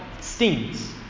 stings